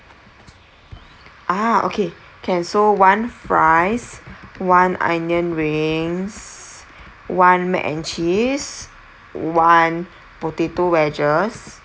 ah okay can so one fries one onion rings one mac and cheese one potato wedges